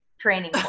training